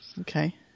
Okay